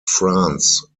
france